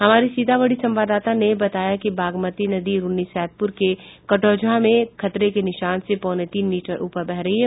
हमारे सीतामढ़ी संवाददाता ने बताया कि बागमती नदी रून्नी सैदपुर के कटौंझा में खतरे के निशान से पौने तीन मीटर ऊपर बह रही है